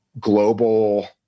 global